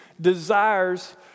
desires